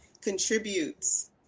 contributes